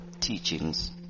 teachings